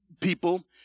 people